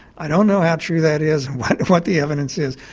i don't know how true that is or what the evidence is,